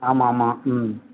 ஆமாம்மா ம்